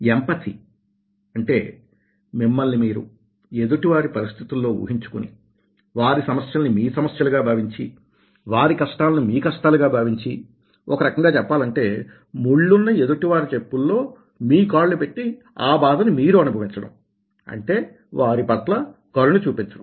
empathy అంటే మిమ్మల్ని మీరు ఎదుటివారి పరిస్థితులలో ఊహించు కొని వారి సమస్యల్ని మీ సమస్యలుగా భావించి వారి కష్టాలను మీ కష్టాలు గా భావించి ఒక రకంగా చెప్పాలంటే ముళ్ళు ఉన్న ఎదుటివారి చెప్పుల లో మీ కాళ్లు పెట్టి ఆ బాధని మీరు అనుభవించడం అంటే వారి పట్ల కరుణ చూపించడం